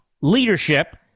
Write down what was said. leadership